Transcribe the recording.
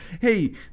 Hey